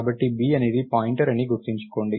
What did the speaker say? కాబట్టి B అనేది pointer అని గుర్తుంచుకోండి